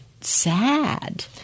sad